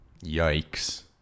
Yikes